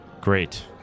Great